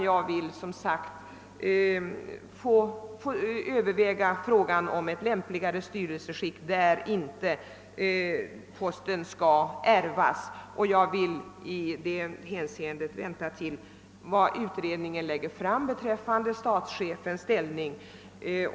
Jag vill som sagt att frågan om ett lämpligare styrelseskick skall övervägas — ett styrelseskick där posten som statschef inte ärvs. Därför vill jag vänta och se vad utredningen kommer att föreslå beträffande statschefens ställning.